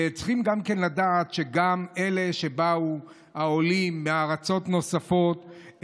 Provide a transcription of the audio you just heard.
צריכים לדעת שגם מעולים מאלה שבאו מארצות נוספות,